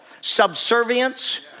Subservience